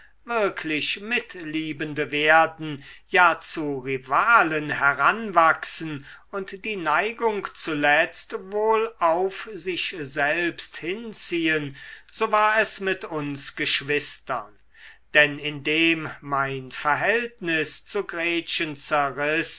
wirklich mitliebende werden ja zu rivalen heranwachsen und die neigung zuletzt wohl auf sich selbst hinziehen so war es mit uns geschwistern denn indem mein verhältnis zu gretchen